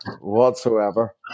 whatsoever